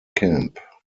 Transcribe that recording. camp